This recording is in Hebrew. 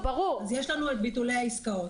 אז יש לנו את ביטולי העסקאות.